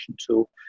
tool